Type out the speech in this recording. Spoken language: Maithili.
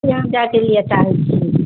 तैं जाए के लिए चाहैत छियै